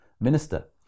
minister